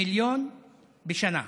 למיליון בשנה.